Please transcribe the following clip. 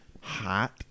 hot